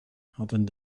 hadden